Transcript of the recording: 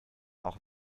auch